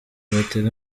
batega